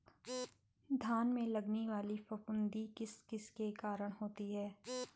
धान में लगने वाली फफूंदी किस किस के कारण होती है?